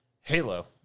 Halo